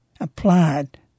applied